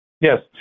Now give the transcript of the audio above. Yes